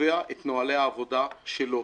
קובע את נהלי העבודה שלו.